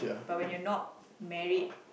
but when you're not married